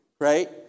right